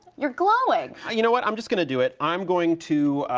you're glowing! ah, you know what, i'm just gonna do it, i'm going to,